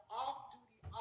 off-duty